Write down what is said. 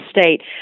state